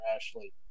Ashley